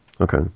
Okay